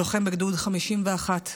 לוחם בגדוד 51 בגולני.